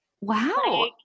Wow